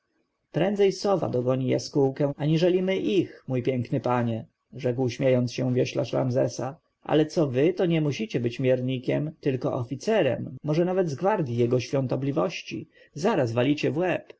prędzej sowa dogoni jaskółkę aniżeli my ich mój piękny panie rzekł śmiejąc się wioślarz ramzesa ale co wy to nie musicie być miernikiem tylko oficerem może nawet z gwardji jego świątobliwości zaraz walicie w